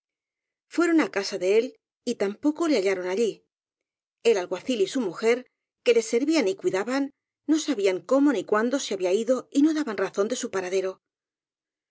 fueron á casa de él y tampoco le hallaron allí el alguacil y su mujer que le servían y cuidaban no sabían cómo ni cuán do se había ido y no daban razón de su paradero